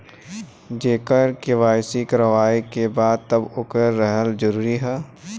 जेकर के.वाइ.सी करवाएं के बा तब ओकर रहल जरूरी हे?